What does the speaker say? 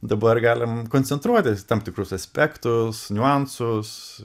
dabar galim koncentruotis į tam tikrus aspektus niuansus